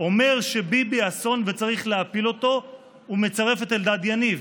אומר שביבי אסון וצריך להפיל אותו ומצרף את אלדד יניב.